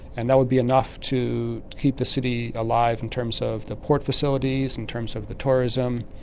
and that would be enough to keep the city alive in terms of the port facilities, in terms of the tourism,